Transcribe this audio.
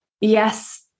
yes